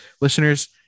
listeners